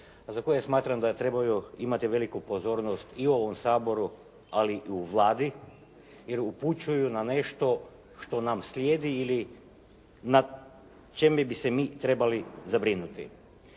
za koje smatram da trebaju imati veliku pozornost i u ovom Saboru, ali i u Vladi jer upućuju na nešto što nam slijedi ili na čemu bi se mi trebali zabrinuti.